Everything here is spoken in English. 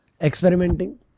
experimenting